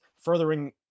furthering